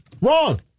wrong